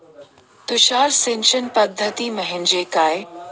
तुषार सिंचन पद्धती म्हणजे काय?